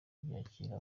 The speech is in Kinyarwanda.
byakira